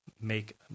make